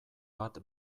bat